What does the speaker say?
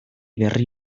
berri